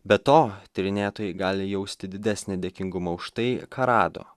be to tyrinėtojai gali jausti didesnį dėkingumą už tai ką rado